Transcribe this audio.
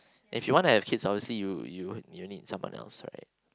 if you wanna have kids obviously you you you need someone else right